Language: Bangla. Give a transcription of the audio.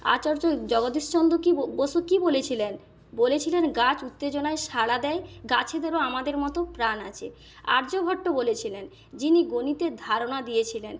আচার্য জগদীশচন্দ্র কী বসু কী বলেছিলেন বলেছিলেন গাছ উত্তেজনায় সাড়া দেয় গাছেদেরও আমাদের মতো প্রাণ আছে আর্যভট্ট বলেছিলেন যিনি গণিতের ধারণা দিয়েছিলেন